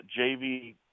jv